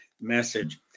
message